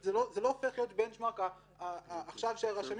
זה לא הופך להיות בנצ'מרק שעכשיו רשמים